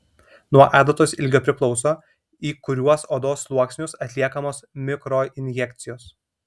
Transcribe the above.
nuo adatos ilgio priklauso į kuriuos odos sluoksnius atliekamos mikroinjekcijos